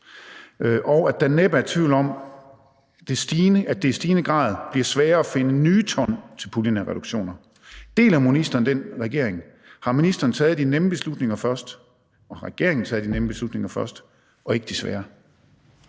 og at »der er næppe tvivl om, at det i stigende grad bliver sværere at finde nye ton til puljen af reduktioner«. Deler ministeren og regeringen den vurdering – har ministeren og regeringen taget de nemme beslutninger først og ikke de svære?